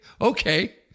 okay